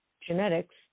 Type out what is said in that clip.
genetics